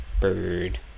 Bird